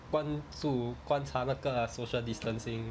观注观察那个 social distancing